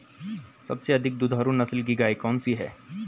सबसे अधिक दुधारू नस्ल की गाय कौन सी है?